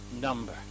number